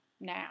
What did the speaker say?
now